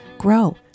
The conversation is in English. grow